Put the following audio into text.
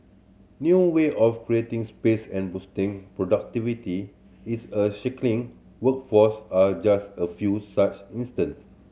new way of creating space and boosting productivity is a workforce are just a few such instance